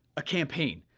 a campaign.